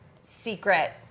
secret